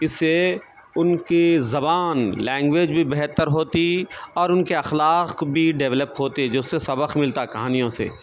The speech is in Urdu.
اس سے ان کی زبان لینگویج بھی بہتر ہوتی اور ان کے اخلاق بھی ڈیولپ ہوتے جس سے سبق ملتا کہانیوں سے